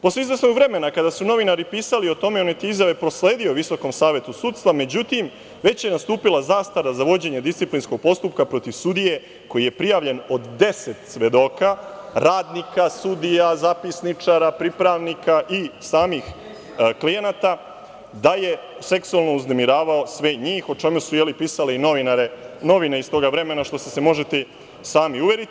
Posle izvesnog vremena, kada su novinari pisali o tome, on je te izjave prosledio Visokom savetu sudstva, međutim, već je nastupila zastara za vođenje disciplinskog postupka protiv sudije koji je prijavljen od 10 svedoka, radnika, sudija, zapisničara, pripravnika i samih klijenata da je seksualno uznemiravao sve njih, o čemu su pisale i novine iz toga vremena, u šta se možete i sami uveriti.